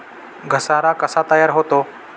घसारा कसा तयार होतो?